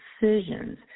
decisions